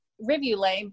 rivulet